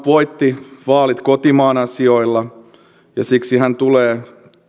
voitti vaalit kotimaan asioilla ja siksi hän tulee